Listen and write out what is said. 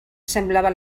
semblava